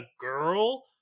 girl